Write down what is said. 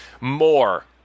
more